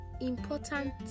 important